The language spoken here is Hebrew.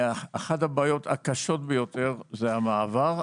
אחת הבעיות הקשות ביותר היא המעבר,